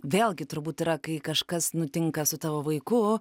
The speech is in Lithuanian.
vėlgi turbūt yra kai kažkas nutinka su tavo vaiku